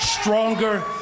stronger